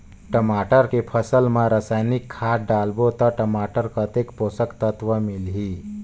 टमाटर के फसल मा रसायनिक खाद डालबो ता टमाटर कतेक पोषक तत्व मिलही?